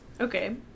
Okay